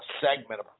segment